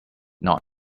not